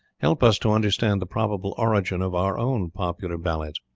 help us to understand the probable origin of our own popular ballads,